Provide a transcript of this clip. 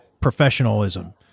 professionalism